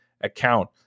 account